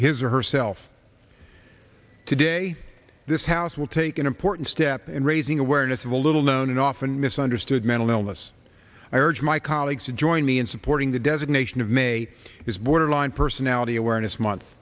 his or herself today this house will take an important step in raising awareness of a little known and often misunderstood mental illness i urge my colleagues to join me in supporting the designation of may is borderline personality awareness month